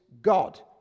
God